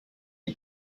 est